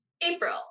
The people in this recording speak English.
April